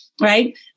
right